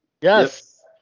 Yes